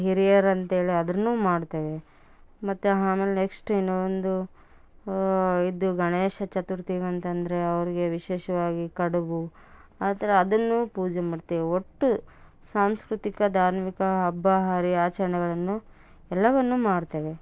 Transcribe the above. ಹಿರಿಯರು ಅಂತೇಳಿ ಅದನ್ನು ಮಾಡ್ತೇವೆ ಮತ್ತು ಆಮೇಲ್ ನೆಕ್ಸ್ಟ್ ಇನ್ನೊಂದು ಇದು ಗಣೇಶ ಚತುರ್ಥಿಗಂತಂದ್ರೆ ಅವರಿಗೆ ವಿಶೇಷವಾಗಿ ಕಡುಬು ಆ ಥರ ಅದನ್ನು ಪೂಜೆ ಮಾಡ್ತೆವೆ ಒಟ್ಟು ಸಾಂಸ್ಕೃತಿಕ ಧಾರ್ಮಿಕ ಹಬ್ಬ ಹರಿ ಆಚರಣೆಗಳನ್ನು ಎಲ್ಲವನ್ನು ಮಾಡ್ತೆವೆ